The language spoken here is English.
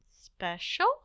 special